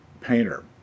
painter